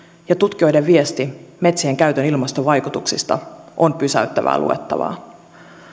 ja tutkijoiden viesti metsien käytön ilmastovaikutuksista on pysäyttävää luettavaa